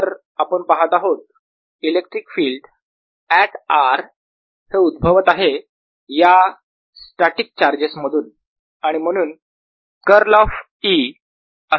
तर आपण पाहत आहोत इलेक्ट्रिक फील्ड ऍट r हे उद्भवत आहे या स्टॅटिक चार्जेस मधून आणि म्हणून कर्ल ऑफ E असेल 0